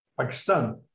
Pakistan